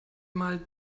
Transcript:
mal